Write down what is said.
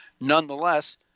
nonetheless